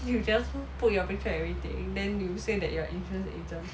you just put your and everything then you say that you are insurance agent